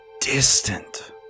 distant